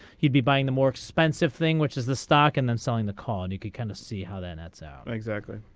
he be buying the more expensive thing which is the stock and and selling the call and you can kind of see how that that's out exactly.